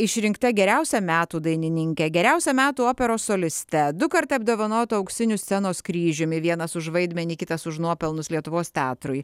išrinkta geriausia metų dainininke geriausia metų operos soliste dukart apdovanota auksiniu scenos kryžiumi vienas už vaidmenį kitas už nuopelnus lietuvos teatrui